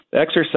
exercise